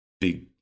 big